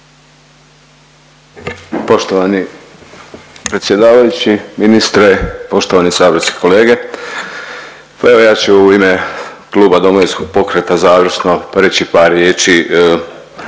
Poštovani predsjedavajući, ministre, poštovani saborski kolege, pa evo ja ću u ime Kluba Domovinskog pokreta završno reći par riječi.